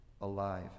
alive